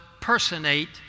personate